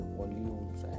volumes